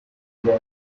gag